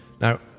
Now